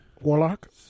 Warlock